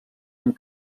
amb